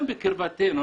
גם בקרבתנו.